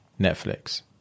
Netflix